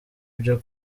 byo